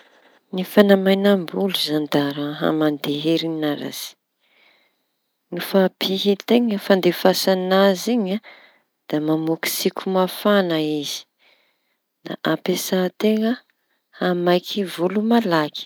Ny fanamaiñam-bolo da raha mandeha herinaratsy nofa pihan-teña fandefasaña azy iñy. Da mamoaky tsioky mafaña izy da ampiasa-teña haha maiky volo malaky.